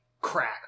crack